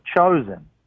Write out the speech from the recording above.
chosen